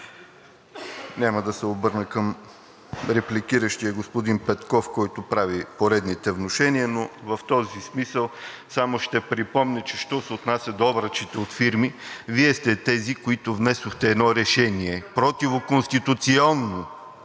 Няма да се обърна към репликиращия господин Петков, който прави поредните внушения, но в този смисъл само ще припомня, що се отнася до обръчите от фирми, че Вие сте тези, които внесохте едно противоконституционно